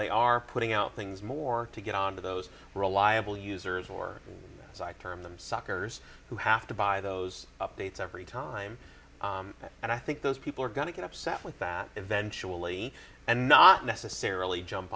they are putting out things more to get onto those reliable users or as i term them suckers who have to buy those updates every time and i think those people are going to get upset with that eventually and not necessarily jump